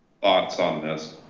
thoughts on this.